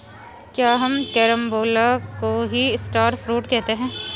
क्या हम कैरम्बोला को ही स्टार फ्रूट कहते हैं?